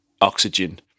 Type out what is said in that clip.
oxygen